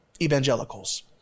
evangelicals